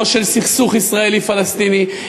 לא של סכסוך ישראלי פלסטיני,